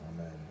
Amen